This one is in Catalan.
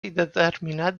indeterminat